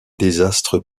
désastre